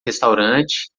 restaurante